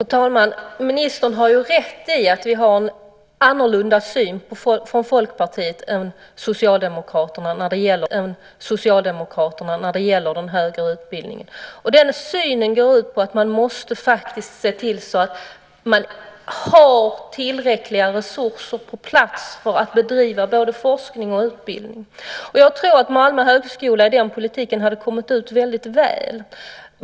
Fru talman! Ministern har rätt i att vi från Folkpartiet har en annorlunda syn än Socialdemokraterna när det gäller den högre utbildningen. Den synen går ut på att man faktiskt måste se till att man har tillräckliga resurser på plats för att bedriva både forskning och utbildning. Jag tror att Malmö högskola i den politiken hade kommit ut väldigt väl.